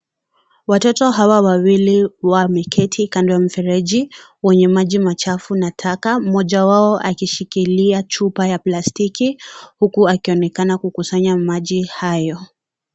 Watoto hawa wawili wameketi kando ya mfereji wenye maji chafu na taka, mmoja wao akishikilia chupa ya plastiki huku akionekana kukusanya maji hayo.